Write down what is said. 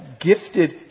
gifted